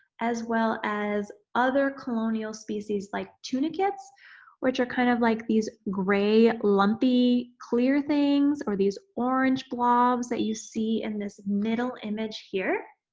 as well as, other colonial species like tunicates which are kind of like these gray, lumpy clear things or these orange blobs that you see in this middle image here.